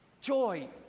Joy